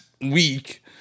week